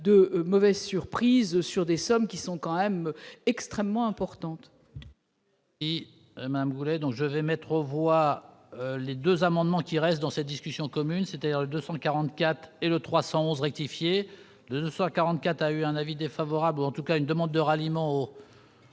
de mauvaises surprises sur des sommes tout de même extrêmement importantes.